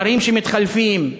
שרים שמתחלפים,